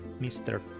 Mr